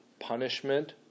Punishment